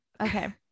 Okay